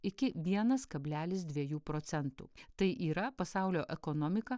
iki vienas kablelis dvejų procentų tai yra pasaulio ekonomika